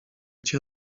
cię